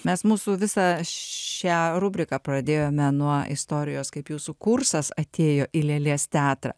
mes mūsų visą šią rubriką pradėjome nuo istorijos kaip jūsų kursas atėjo į lėlės teatrą